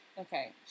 Okay